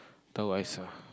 towel as a